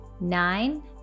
nine